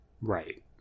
Right